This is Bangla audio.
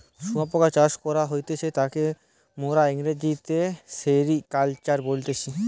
শুয়োপোকা চাষ করা হতিছে তাকে মোরা ইংরেজিতে সেরিকালচার বলতেছি